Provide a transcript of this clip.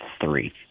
three